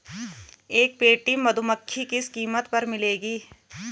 एक पेटी मधुमक्खी किस कीमत पर मिलेगी?